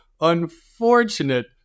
unfortunate